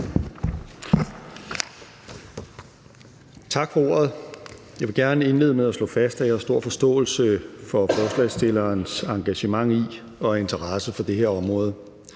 Tak for ordet. Jeg vil gerne indlede med at slå fast, at jeg har stor forståelse for forslagsstillernes engagementet i og interesse for det her område.